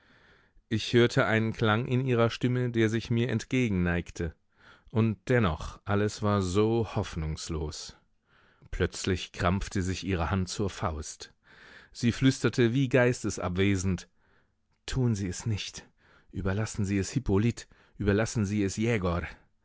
ich hörte einen klang in ihrer stimme der sich mir entgegenneigte und dennoch alles war so hoffnungslos plötzlich krampfte sich ihre hand zur faust sie flüsterte wie geistesabwesend tun sie es nicht überlassen sie es hippolyt überlassen sie es jegor